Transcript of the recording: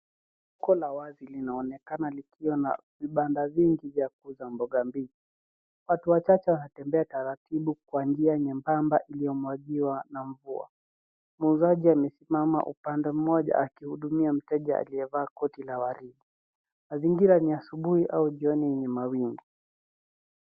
Soko la wazi linaonekana likiwa na vibanda vingi vya kuuza mboga mbichi. Watu wachache wanatembea taratibu kwa njia nyembamba iliomwangiwa na mvua. Muuzaji amesimama upande mmoja akihudumia mteja aliyevaa koti la waridi. Mazingira ni ya asubuhi, au jioni yenye mawingu.